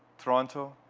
toronto,